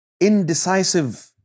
indecisive